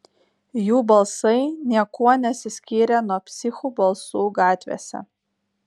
jų balsai niekuo nesiskyrė nuo psichų balsų gatvėse